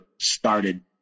started